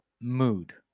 Mood